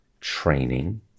training